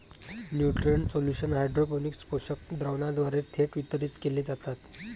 nutrient solution hydroponics पोषक द्रावणाद्वारे थेट वितरित केले जातात